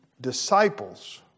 disciples